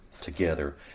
together